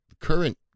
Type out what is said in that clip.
current